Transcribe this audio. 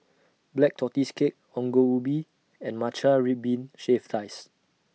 Black Tortoise Cake Ongol Ubi and Matcha Red Bean Shaved Ice